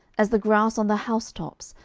as the grass on the house tops,